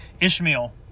Ishmael